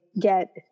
get